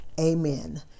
Amen